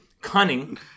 cunning